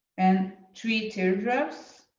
and three teardrops.